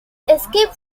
escape